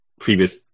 previous